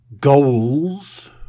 goals